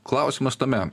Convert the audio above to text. klausimas tame